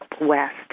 west